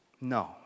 No